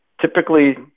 typically